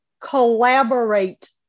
collaborate